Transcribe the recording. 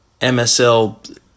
MSL